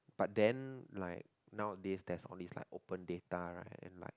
but then like nowadays there's only like open data right am I